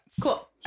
Cool